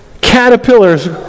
caterpillars